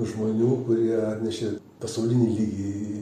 žmonių kurie atnešė pasaulinį lygį